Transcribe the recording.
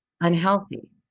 unhealthy